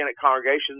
congregations